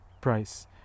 price